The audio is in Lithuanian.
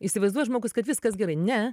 įsivaizduoja žmogus kad viskas gerai ne